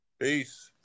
Peace